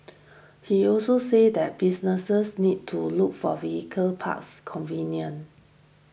he also said that businesses need to look for vehicle parks convenient